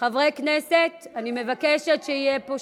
אני מבקשת את תמיכתכם.